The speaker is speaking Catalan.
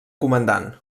comandant